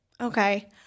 Okay